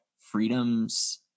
freedoms